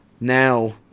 now